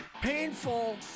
painful